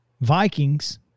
Vikings